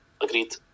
agreed